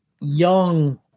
young